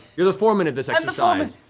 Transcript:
you're the foreman of this exercise.